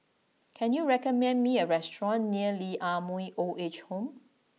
can you recommend me a restaurant near Lee Ah Mooi Old Age Home